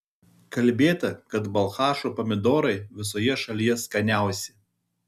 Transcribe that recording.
kalbėta kad balchašo pomidorai visoje šalyje skaniausi